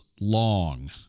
long